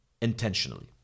Intentionally